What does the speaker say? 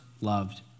loved